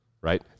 right